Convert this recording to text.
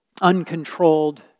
uncontrolled